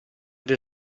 del